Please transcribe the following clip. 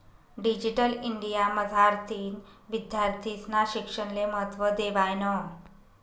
digital India मझारतीन विद्यार्थीस्ना शिक्षणले महत्त्व देवायनं